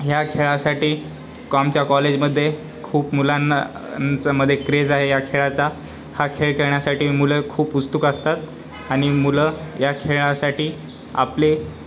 या खेळासाठी आमच्या कॉलेजमध्ये खूप मुलांनाच्यामध्ये क्रेज आहे या खेळाचा हा खेळ खेळण्यासाठी मुलं खूप उस्तुक असतात आणि मुलं या खेळासाठी आपले